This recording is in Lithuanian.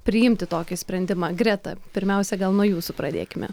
priimti tokį sprendimą greta pirmiausia gal nuo jūsų pradėkime